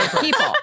people